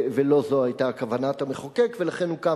ולא זו היתה כוונת המחוקק, ולכן הוקם